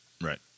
Right